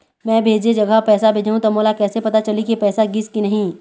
मैं भेजे जगह पैसा भेजहूं त मोला कैसे पता चलही की पैसा गिस कि नहीं?